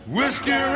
Whiskey